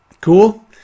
Cool